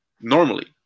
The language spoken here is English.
normally